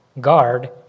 guard